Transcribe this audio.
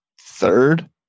third